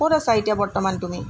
ক'ত আছা এতিয়া বৰ্তমান তুমি